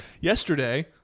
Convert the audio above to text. Yesterday